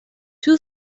two